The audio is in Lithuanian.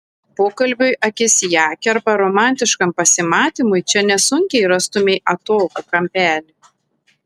pokalbiui akis į akį arba romantiškam pasimatymui čia nesunkiai rastumei atokų kampelį